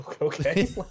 okay